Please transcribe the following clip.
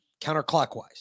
counterclockwise